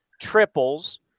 triples